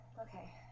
Okay